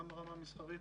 גם ברמה המסחרית,